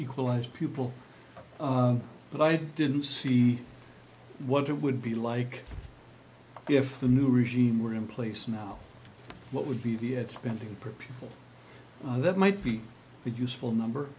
equalised people but i didn't see what it would be like if the new regime were in place now what would be the at spending per pupil that might be useful number